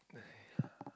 !aiya!